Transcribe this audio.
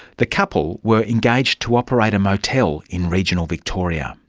the couple were engaged to operate a motel in regional victoria.